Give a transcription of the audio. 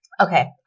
Okay